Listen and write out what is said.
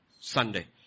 Sunday